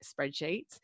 spreadsheets